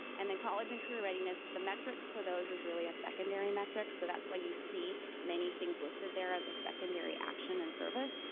and then college and career readiness, the metrics for those is really a secondary metric, so that's why you see many things listed there as a secondary action and service,